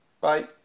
Bye